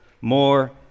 more